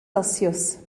celsius